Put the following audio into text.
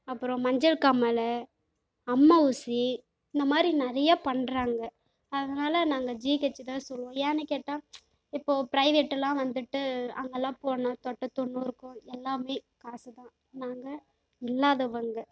அப்றம் மஞ்சள் காமாலை அம்மை ஊசி இந்த மாதிரி நிறையா பண்ணுறாங்க அதனால நாங்கள் ஜி ஹெச் தான் சொல்வோம் ஏன்னு கேட்டால் இப்போது பிரைவேட்டுலாம் வந்துட்டு அங்கேலாம் போனால் தொட்ட தொண்ணுறுக்கும் எல்லாம் காசு தான் நாங்கள் இல்லாதவங்க